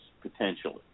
potentially